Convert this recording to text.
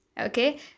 okay